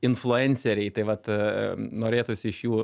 influenceriai tai vat norėtųsi iš jų